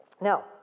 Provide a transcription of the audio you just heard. Now